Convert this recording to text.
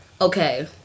Okay